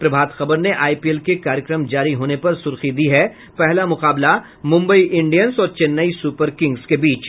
प्रभात खबर ने आईपीएल के कार्यक्रम जारी होने पर सुर्खी दी है पहला मूकाबला मूम्बई इंडियंस और चेन्नई सुपरकिंग्स के बीच